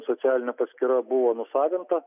socialinė paskyra buvo nusavinta